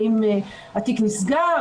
האם התיק נסגר,